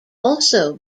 also